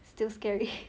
still scary